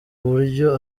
buryo